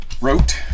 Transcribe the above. wrote